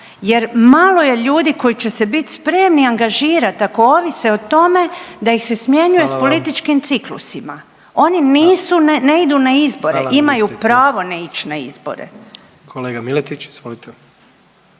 jer malo je ljudi koji će se bit spremni angažirat ako ovise o tome da ih se smjenjuje s političkim …/Upadica: Hvala vam./… ciklusima. Oni nisu ne idu na izbore